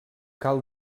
cal